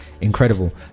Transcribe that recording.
incredible